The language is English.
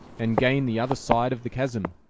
and gain the other side of the chasm.